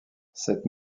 cette